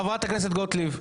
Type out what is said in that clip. חברת הכנסת גוטליב.